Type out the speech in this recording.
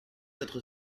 notre